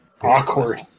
Awkward